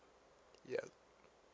yeah